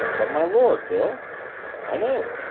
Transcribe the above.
but my lord, bill i know.